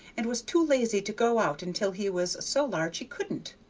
and was too lazy to go out until he was so large he couldn't.